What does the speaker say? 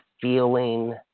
feeling